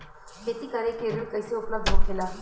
खेती करे के ऋण कैसे उपलब्ध होखेला?